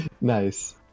Nice